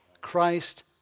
Christ